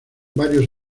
varios